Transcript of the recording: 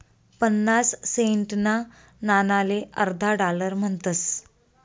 पन्नास सेंटना नाणाले अर्धा डालर म्हणतस